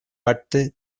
parte